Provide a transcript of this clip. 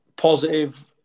Positive